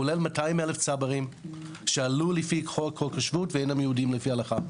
כולל 200 אלף צברים שעלו לפי חוק השבות ואינם יהודים לפי ההלכה.